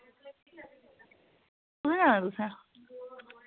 कुत्थैं जाना तुसैं